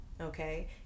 Okay